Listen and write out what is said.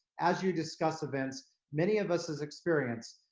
as you discuss events many of us has experienced.